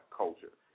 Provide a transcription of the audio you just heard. culture